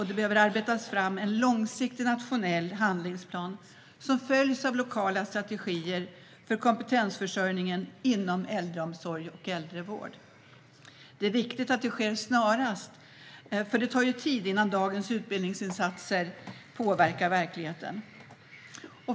Det behöver arbetas fram en långsiktig nationell handlingsplan som följs av lokala strategier för kompetensförsörjningen inom äldreomsorg och äldrevård. Det är viktigt att det sker snarast, för det tar tid innan dagens utbildningsinsatser påverkar verkligheten.